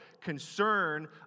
concern